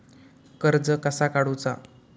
कर्ज कसा काडूचा?